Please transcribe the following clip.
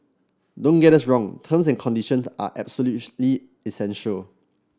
don't get us wrong terms and conditions are absolutely essential